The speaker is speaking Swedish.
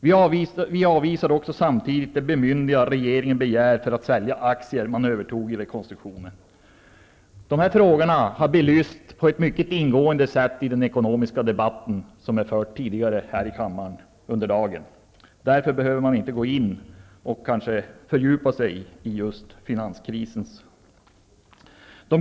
Vi avvisar samtidigt det bemyndigande som regeringen begär för att sälja de aktier man övertog vid rekonstruktionen. Dessa frågor har belysts på ett mycket ingående sätt i den ekonomiska debatt som tidigare under dagen har förts i kammaren. Därför behöver jag inte fördjupa mig i just finanskrisen.